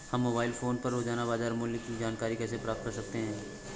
हम mobile phone पर रोजाना बाजार मूल्य की जानकारी कैसे प्राप्त कर सकते हैं?